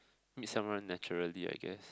meet someone naturally I guess